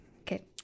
Okay